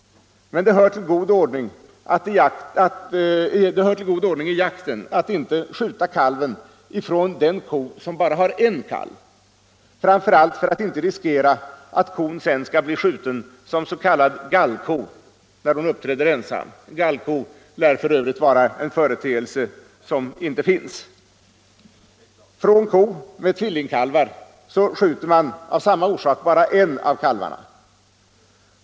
Det hör till god ordning i jakten att inte skjuta kalven från ko som bara har en kalv, framför allt för att inte riskera att kon sedan skall bli skjuten som s.k. gallko, när hon uppträder ensam. Gallko lär för övrigt vara en företeelse som inte finns. Från ko med tvillingkalvar skjuter man av samma orsak bara en av kalvarna.